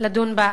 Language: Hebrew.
לדון בה.